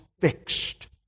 fixed